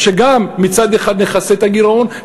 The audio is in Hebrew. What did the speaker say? שגם מצד אחד נכסה את הגירעון,